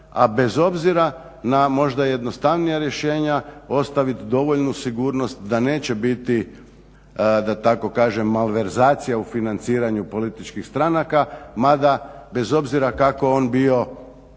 a bez obzira na možda jednostavnija rješenja, ostaviti dovoljnu sigurnost da neće biti, da tako kažem, malverzacija u financiranju političkih stranaka, mada bez obzira kako on bio